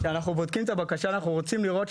כשאנחנו בודקים את הבקשה אנחנו רוצים לראות,